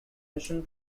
mission